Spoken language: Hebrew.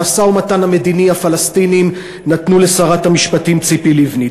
את המשא-ומתן המדיני עם הפלסטינים נתנו לשרת המשפטים ציפי לבני.